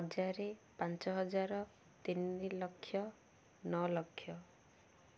ହଜାରେ ପାଞ୍ଚ ହଜାର ତିନି ଲକ୍ଷ ନଅ ଲକ୍ଷ